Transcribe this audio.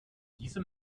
diese